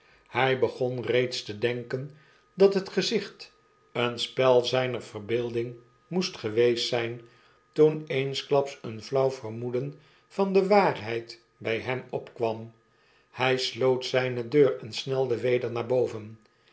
hjj begon reeds te denken dat het gezicht een spel zyner verbeelding moest geweest zyn toen eensklaps een flauw vermoeden van de waarheid by hem opkwam hy sloot zjjne deur en snelde weder naar boven